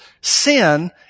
Sin